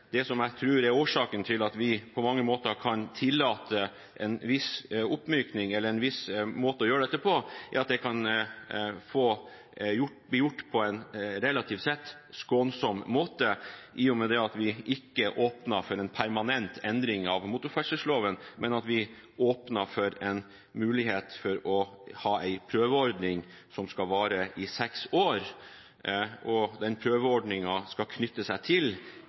Det jeg tror er årsaken til at vi på mange måter kan tillate en viss oppmykning eller en viss måte å gjøre dette på, er at det kan bli gjort på en relativt sett skånsom måte, i og med at vi ikke åpner for en permanent endring av motorferdselloven, men en mulighet for å ha en prøveordning som skal vare i seks år. Den prøveordningen skal knytte seg til